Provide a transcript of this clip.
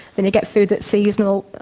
then you get food that's seasonal,